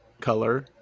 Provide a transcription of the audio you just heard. color